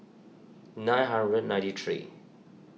nine hundred ninety three